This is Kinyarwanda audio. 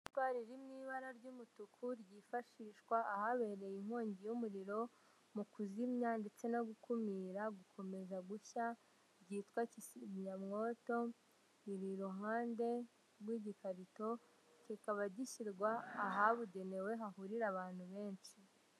Icupa ry'umutuku ryifashishwa ahabereye inkongi y'umuriro mu kuzimya ndetse no gukumira gukomeza gushya ryitwa kizimyamwoto, riri iruhande rw'igikarito kikaba gishyirwa ahabugenewe hahurira abantu benshi.